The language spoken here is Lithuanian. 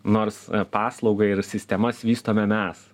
nors paslaugą ir sistemas vystome mes